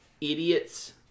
idiots